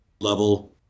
level